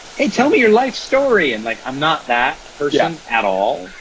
hey, tell me your life story! and, like, i'm not that person at all.